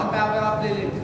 רק בעבירה פלילית.